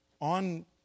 on